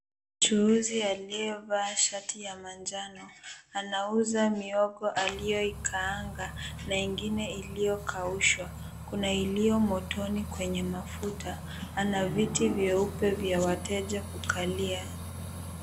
Mchuuzi aliyevaa shati ya manjano, anauza mihogo aliyo ikaanga na ingine iliyo kaushwa. Kuna iliyo motoni kwenye mafuta. Ana viti vyeupe vya wateja kukalia.